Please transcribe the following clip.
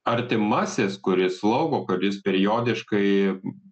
artimasis kuris slaugo kuris periodiškai